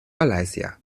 malaysia